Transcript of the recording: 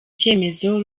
cyemezo